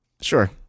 Sure